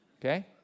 Okay